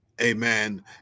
amen